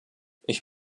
ich